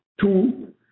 two